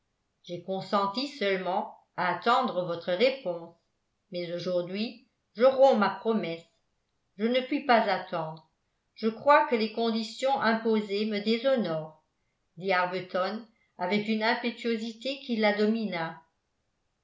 j'ai consenti seulement à attendre votre réponse mais aujourd'hui je romps ma promesse je ne puis pas attendre je crois que les conditions imposées me déshonorent dit arbuton avec une impétuosité qui la domina